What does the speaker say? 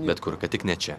bet kur kad tik ne čia